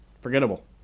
forgettable